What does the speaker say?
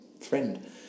friend